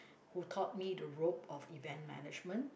who taught me to rope of event management